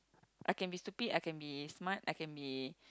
I can be stupid I can be smart I can be